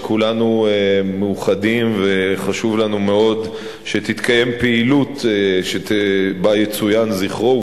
כולנו מאוחדים וחשוב לנו מאוד שתתקיים פעילות שבה יצוינו זכרו,